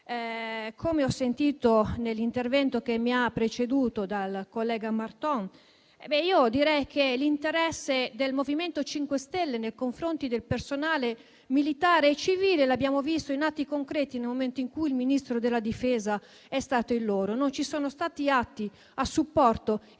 come ho sentito nell'intervento che mi ha preceduto del collega Marton - io direi che l'interesse del MoVimento 5 Stelle nei confronti del personale militare e civile l'abbiamo visto in atti concreti. In un momento in cui il Ministro della difesa è stato il loro non ci sono stati atti a supporto